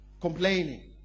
Complaining